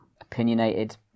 opinionated